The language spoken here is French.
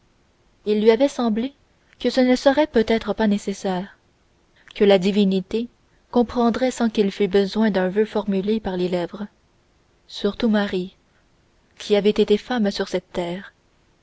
il lui avait semblé que ce ne serait peut-être pas nécessaire que la divinité comprendrait sans qu'il fût besoin d'un voeu formulé par les lèvres surtout marie qui avait été femme sur cette terre